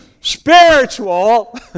spiritual